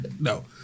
No